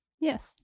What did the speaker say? Yes